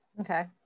Okay